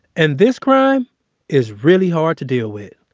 and this crime is really hard to deal with.